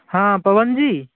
हाँ पवन जी